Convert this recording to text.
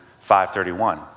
5.31